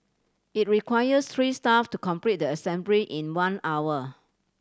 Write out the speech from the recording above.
it requires three staff to complete the assembly in one hour